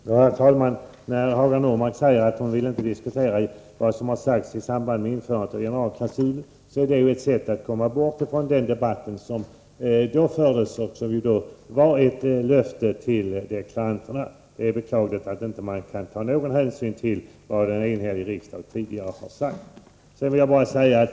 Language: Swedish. Herr talman! När Hagar Normark säger att hon inte vill diskutera vad som har sagts i samband med införandet av generalklausulen, är det ett sätt att komma bort från den debatt som då fördes och som innebar ett löfte till deklaranterna. Det är beklagligt att man inte kan ta någon hänsyn till vad en enhällig riksdag tidigare har sagt.